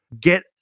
Get